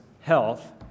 health